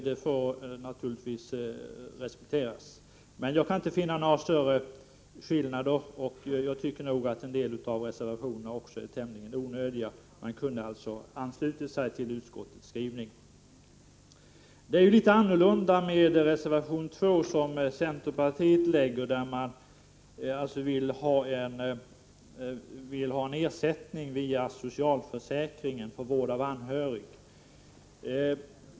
Men jag kan, som sagt, inte finna att det råder några större skillnader, och jag tycker därför att en del av reservationerna är tämligen onödiga. Man borde ha kunnat ansluta sig till utskottets skrivning. Något annorlunda förhåller det sig med reservation 2 från centerpartiet, där man föreslår ersättning via socialförsäkringen för vård av anhörig.